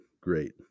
great